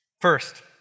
First